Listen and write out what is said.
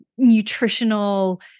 nutritional